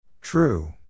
true